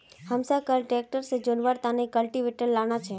हमसाक कैल ट्रैक्टर से जोड़वार तने कल्टीवेटर लाना छे